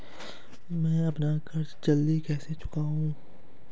मैं अपना कर्ज जल्दी कैसे चुकाऊं?